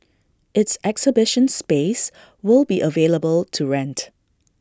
its exhibition space will be available to rent